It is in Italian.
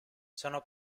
sono